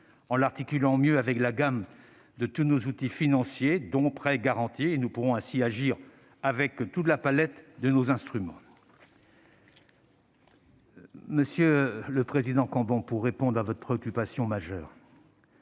en l'articulant mieux avec la gamme de tous nos outils financiers : dons, prêts, garanties, etc. Nous pourrons ainsi agir avec toute la palette de nos instruments. Monsieur le président Cambon, pour répondre à votre préoccupation majeure,